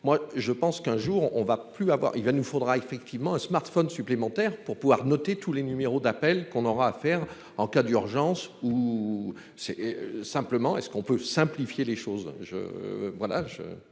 on va plus avoir, il va nous faudra effectivement un smartphone supplémentaires pour pouvoir noter tous les numéros d'appel qu'on aura à faire en cas d'urgence ou c'est simplement est-ce qu'on peut simplifier les choses